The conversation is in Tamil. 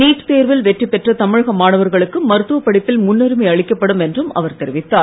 நீட் தேர்வில் வெற்றிபெற்ற தமிழக மாணவர்களுக்கு மருத்துவப் படிப்பில் முன்னுரிமை அளிக்கப்படும் என்றும் அவர் தெரிவித்தார்